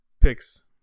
picks